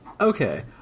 Okay